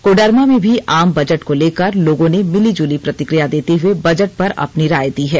कोडरमा में भी आम बजट को लेकर लोगों ने मिलीजुली प्रतिक्रिया देते हुए बजट पर अपनी राय दी है